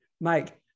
Mike